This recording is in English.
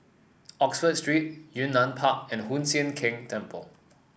Oxford Street Yunnan Park and Hoon Sian Keng Temple